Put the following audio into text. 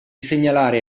segnalare